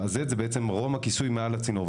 וה-z הוא בעצם רום הכיסוי מעל הצינור.